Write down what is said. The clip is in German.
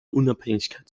unabhängigkeit